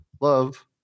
love